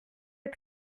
est